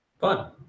Fun